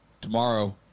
tomorrow